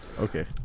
Okay